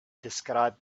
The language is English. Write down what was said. described